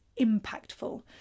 impactful